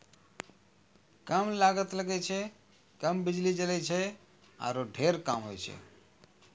कम लागत लगै छै, कम बिजली जलै छै आरो ढेर काम होय छै